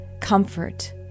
comfort